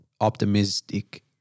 optimistic